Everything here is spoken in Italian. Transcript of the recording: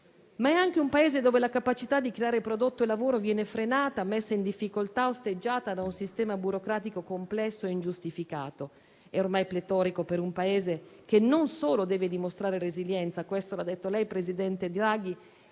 ma è anche un Paese dove la capacità di creare prodotto e lavoro viene frenata, messa in difficoltà e osteggiata da un sistema burocratico complesso, ingiustificato e ormai pletorico per un Paese che non solo deve dimostrare resilienza - questo l'ha detto lei, presidente Draghi,